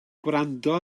gwrando